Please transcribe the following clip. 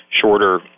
shorter